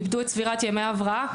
איבדו את צבירת ימי ההבראה.